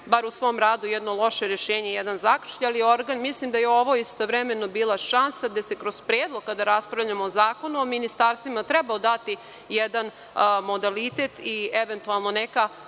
bar u svom radu, jedno loše rešenje i jedan zakržljali organ, ali mislim da je ovo istovremeno bila šansa da se kroz predlog, kada raspravljamo o Zakonu o ministarstvima, trebao dati jedan modalitet i eventualno neka